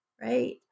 Right